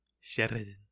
Sheridan